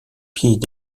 pied